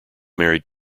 married